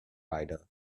rider